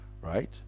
right